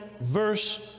verse